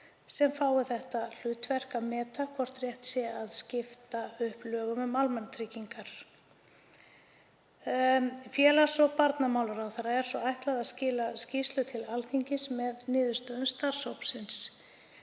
sem fái það hlutverk að meta hvort rétt sé að skipta upp lögum um almannatryggingar. Félags- og barnamálaráðherra er svo ætlað að skila skýrslu til Alþingis með niðurstöðum starfshópsins.